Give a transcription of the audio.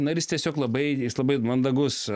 na ir jis tiesiog labai jeis labai mandagus